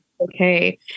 okay